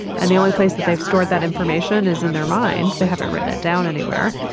and the only place that they have stored that information is in their mind. they haven't written it down anywhere.